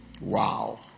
Wow